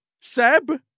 Seb